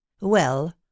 Well